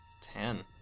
Ten